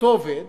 לאותו עובד